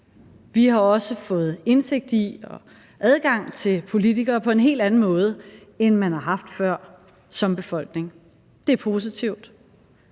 Vi har også fået indsigt i og adgang til politikere på en helt anden måde, end man har haft før som befolkning. Det er positivt.